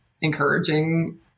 encouraging